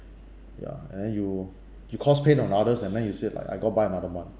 ya and then you you cause pain on others and then you say like I got by another month